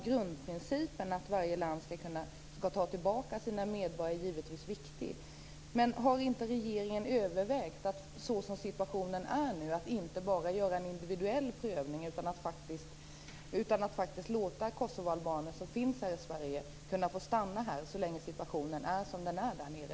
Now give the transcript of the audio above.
Grundprincipen att varje land skall ta tillbaka sina medborgare är ju givetvis viktig. Har inte regeringen övervägt att inte bara göra en individuell prövning utan faktiskt låta kosovoalbaner som finns här i Sverige få stanna här så länge situationen är som den är där nere?